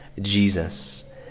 Jesus